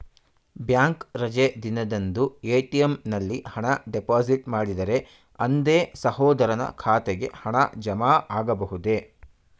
Bank ರಜೆ ದಿನದಂದು ATM ನಲ್ಲಿ ಹಣ ಡಿಪಾಸಿಟ್ ಮಾಡಿದರೆ ಅಂದೇ ಸಹೋದರನ ಖಾತೆಗೆ ಹಣ ಜಮಾ ಆಗಬಹುದೇ?